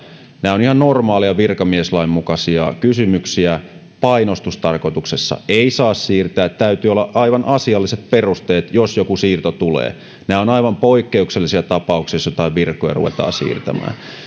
nämä ovat ihan normaaleja virkamieslain mukaisia kysymyksiä painostustarkoituksessa ei saa siirtää täytyy olla aivan asialliset perusteet jos joku siirto tulee nämä ovat aivan poikkeuksellisia tapauksia jos joitain virkoja ruvetaan siirtämään